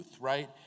right